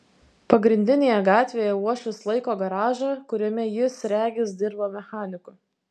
pagrindinėje gatvėje uošvis laiko garažą kuriame jis regis dirba mechaniku